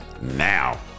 now